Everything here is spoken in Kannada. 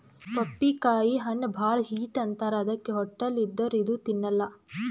ಪಪ್ಪಿಕಾಯಿ ಹಣ್ಣ್ ಭಾಳ್ ಹೀಟ್ ಅಂತಾರ್ ಅದಕ್ಕೆ ಹೊಟ್ಟಲ್ ಇದ್ದೋರ್ ಇದು ತಿನ್ನಲ್ಲಾ